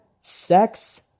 sex